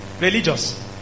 religious